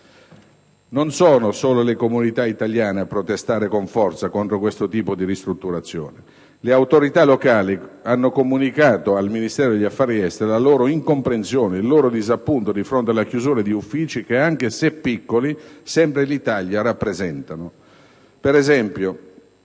Non sono solo le comunità italiane a protestare con forza contro questo tipo di ristrutturazione. Le autorità locali hanno comunicato al Ministero degli affari esteri la loro incomprensione e il loro disappunto di fronte alla chiusura di uffici che, anche se piccoli, rappresentano sempre l'Italia. Ad esempio,